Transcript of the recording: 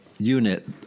unit